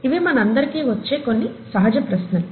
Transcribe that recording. ఇవి మనందరికీ వచ్చే కొన్ని సహజ ప్రశ్నలు